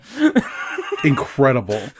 Incredible